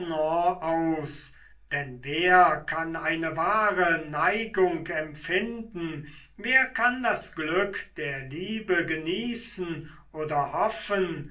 denn wer kann eine wahre neigung empfinden wer kann das glück der liebe genießen oder hoffen